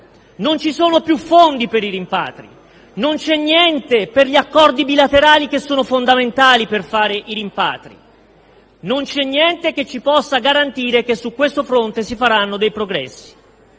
Non ci sono più fondi per i rimpatri, non c'è niente per gli accordi bilaterali che sono fondamentali per eseguire i rimpatri; non c'è niente che ci possa garantire che su questo fronte si faranno dei progressi.